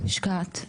השקעת,